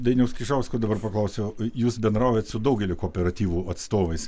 dainiaus gaižausko dabar paklausiu jūs bendraujat su daugeliu kooperatyvų atstovais